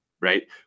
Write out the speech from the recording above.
right